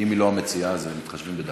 אז תעבירו